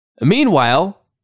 Meanwhile